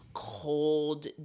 Cold